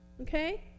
Okay